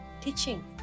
teaching